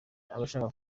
abashaka